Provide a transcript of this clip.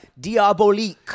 diabolique